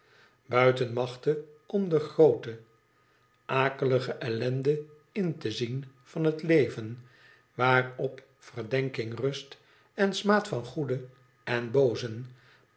buiten machte om de groote akelige ellende in te zien van een leven waarop verdenking rust en smaad van goeden en boozen